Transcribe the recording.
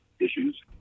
issues